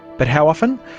but how often?